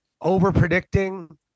over-predicting –